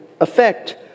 effect